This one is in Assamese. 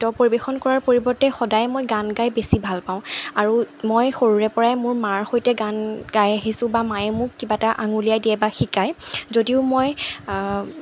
নৃত্য পৰিৱেশন কৰাৰ পৰিৱৰ্তে সদায় মই গান গাই বেছি ভালপাওঁ আৰু মই সৰুৰেপৰাই মোৰ মাৰ সৈতে গান গাই আহিছোঁ বা মায়ে মোক কিবা এটা আঙুলিয়াই দিয়ে বা শিকায় যদিও মই